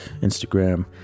instagram